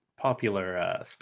popular